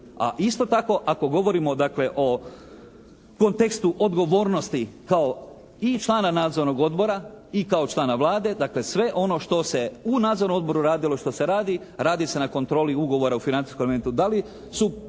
A isto tako ako govorimo dakle o kontekstu odgovornosti kao i člana Nadzornog odbora i kao člana Vlade. Dakle sve ono što se u Nadzornom odboru radilo i što se radi radi se na kontroli ugovora u financijskom …